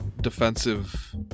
defensive